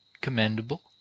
commendable